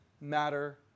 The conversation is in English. matter